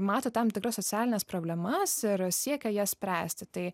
mato tam tikras socialines problemas ir siekia jas spręsti tai